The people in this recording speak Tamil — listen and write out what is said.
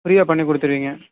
ஃப்ரீயாக பண்ணிக் கொடுத்துருவிங்க